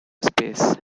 space